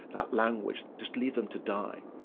that language just leave them to die.